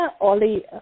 oli